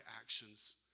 actions